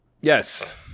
Yes